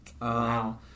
Wow